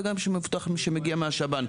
וגם למבוטח שמגיע מהשב"ן.